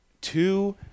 two